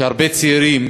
שהרבה צעירים